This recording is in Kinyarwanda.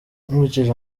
nkurikije